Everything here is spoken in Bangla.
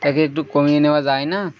একে একটু কমিয়ে নেওয়া যায় না